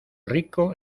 rico